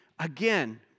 Again